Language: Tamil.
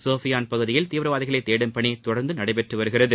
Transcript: சோபியான் பகுதியில் தீவிரவாதிகளை தேடும் பணி தொடர்ந்து நடைபெற்று வருகிறது